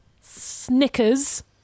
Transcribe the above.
snickers